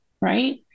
right